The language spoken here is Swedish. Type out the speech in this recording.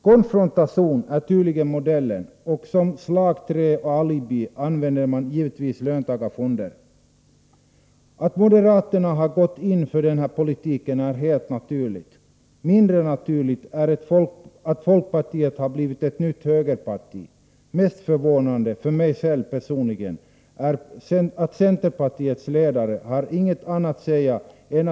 Konfrontation är tydligen modellen, och som slagträ och alibi använder man givetvis löntagarfonder. Att moderaterna har gått in för den här politiken är helt naturligt, mindre naturligt är att folkpartiet har blivit ett nytt högerparti. Mest förvånande för mig själv personligen är att centerpartiets ledare inte har något annat att säga.